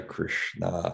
Krishna